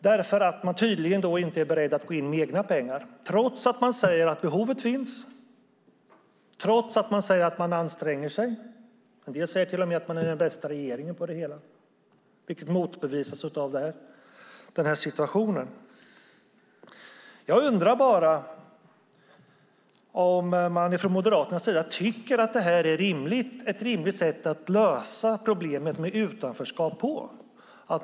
Man är tydligen inte beredd att gå in med egna pengar trots att man säger att behovet finns och att man anstränger sig. En del säger till och med att det är den bästa regeringen på det hela, vilket motbevisas av den här situationen. Jag undrar om man från Moderaternas sida tycker att det är ett rimligt sätt att lösa problemet med utanförskap på.